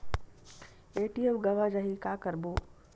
ATM गवां जाहि का करबो?